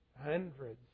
hundreds